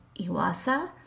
Iwasa